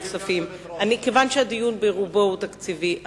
כיוון שהדיון ברובו הוא תקציבי,